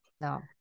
No